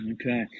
okay